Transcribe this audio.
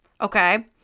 okay